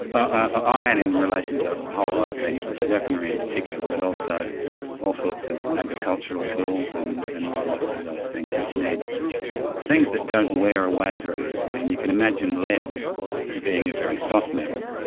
ah iron in relation to a whole lot of things, weaponry in particular, but also all sorts of agricultural tools and and all the rest of those things which need things that don't wear away very easily, and you can imagine lead being a very soft metal,